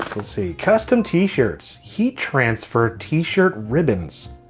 let's see, custom t-shirts, heat transfer t-shirt ribbons.